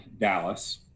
Dallas